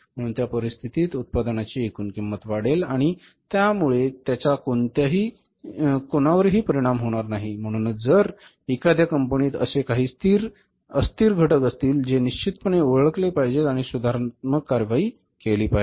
म्हणून त्या परिस्थितीत उत्पादनाची एकूण किंमत वाढेल आणि त्यामुळे त्याचा कोणावरही परिणाम होणार नाही म्हणूनच जर एखाद्या कंपनीत असे काही अस्थिर घटक असतील जे निश्चितपणे ओळखले पाहिजेत आणि सुधारात्मक कारवाई ही केली पाहिजे